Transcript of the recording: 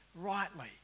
rightly